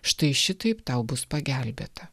štai šitaip tau bus pagelbėta